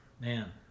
man